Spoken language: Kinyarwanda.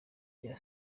rya